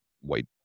white